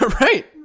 right